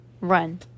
run